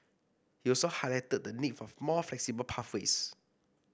he also highlighted the need for more flexible pathways